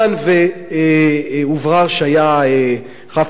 והוברר שהיה חף מפשע.